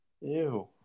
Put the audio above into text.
Ew